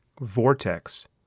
vortex